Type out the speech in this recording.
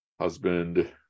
husband